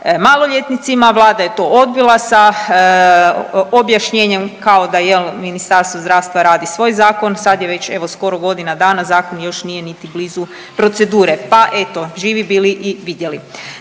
maloljetnicima, Vlada je to odbila sa objašnjenjem kao da jel Ministarstvo zdravstva radi svoj zakon. Sad je evo već skoro godina dana zakon još nije niti blizu procedure, pa eto živi bili i vidjeli.